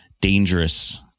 dangerous